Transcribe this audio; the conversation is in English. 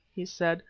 he said,